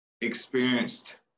experienced